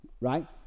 Right